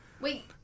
Wait